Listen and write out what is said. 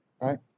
right